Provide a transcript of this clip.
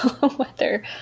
weather